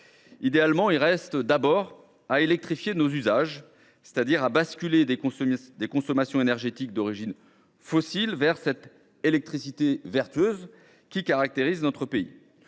Idéalement, il reste d’abord à électrifier nos usages, c’est à dire à basculer des consommations énergétiques d’origine fossile vers la consommation de l’électricité vertueuse qui caractérise notre pays.